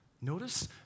Notice